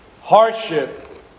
hardship